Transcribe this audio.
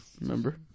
remember